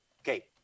Okay